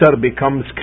becomes